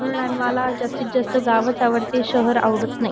म्हणून आम्हाला जास्तीत जास्त गावच आवडते शहर आवडत नाही